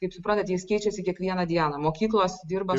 kaip suprantat jie keičiasi kiekvieną dieną mokyklos dirba